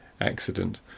accident